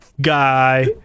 guy